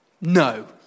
No